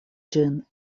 ĝin